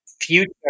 Future